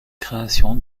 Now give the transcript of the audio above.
création